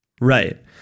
Right